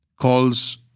calls